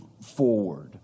forward